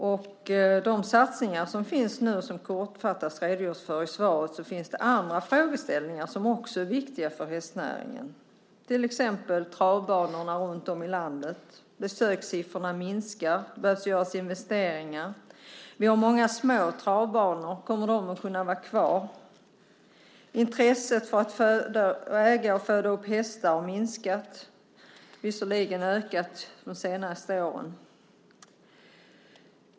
Förutom de satsningar som nu görs och som det kortfattat redogörs för i svaret finns det andra frågeställningar som också är viktiga för hästnäringen. Ett exempel är travbanorna runtom i landet, där besökssiffrorna minskar och det behöver göras investeringar. Vi har många små travbanor. Kommer de att kunna vara kvar? Intresset för att äga och föda upp hästar har minskat, även om det har ökat de senaste åren.